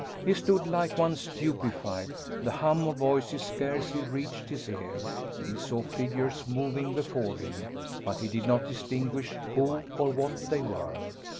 he stood like one stupified the hum of voices scarcely reached his ear he saw figures moving before him but he did not distinguish who or what they were.